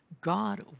God